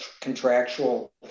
contractual